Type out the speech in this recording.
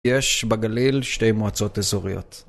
יש בגליל שתי מועצות אזוריות.